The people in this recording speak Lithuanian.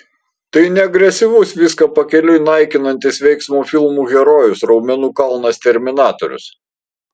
tai ne agresyvus viską pakeliui naikinantis veiksmo filmų herojus raumenų kalnas terminatorius